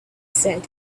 said